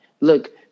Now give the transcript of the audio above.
Look